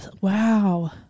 Wow